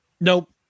nope